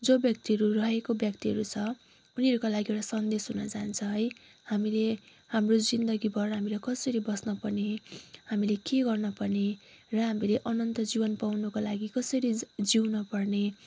जो व्यक्तिहरू रहेको व्यक्तिहरू छ उनीहरूको लागि एउटा सन्देश हुनजान्छ है हामीले हाम्रो जिन्दगीभर हामीले कसरी बस्नुपर्ने हामीले के गर्नुपर्ने र हामीले अनन्त जीवन पाउनको लागि कसरी जिउनपर्ने